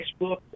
Facebook